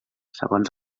segons